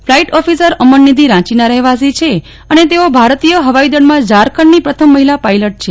flight officer Aman Nidhi રાંચીના રહેવાસી અને અને તેઓ ભારતીય હવાઈદળમાં ઝારખંડની પ્રથમ મહિલા પાયલટ છે